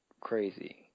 crazy